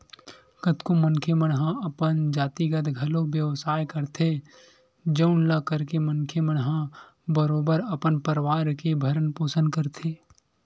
कतको मनखे मन हा अपन जातिगत घलो बेवसाय करथे जउन ल करके मनखे मन ह बरोबर अपन परवार के भरन पोसन करथे